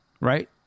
Right